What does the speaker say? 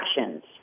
actions